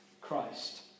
Christ